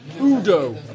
Udo